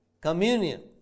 communion